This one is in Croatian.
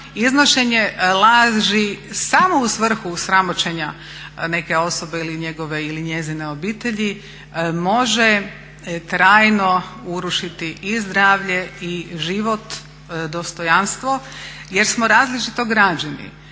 iznošenje laži samo u svrhu sramoćenja neke osobe ili njegove ili njezine obitelji može trajno urušiti i zdravlje i život, dostojanstvo jer smo različito građeni.